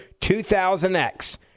2000X